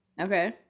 Okay